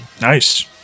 Nice